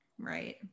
Right